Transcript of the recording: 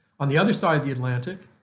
on the other side of the atlantic,